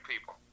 people